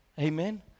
Amen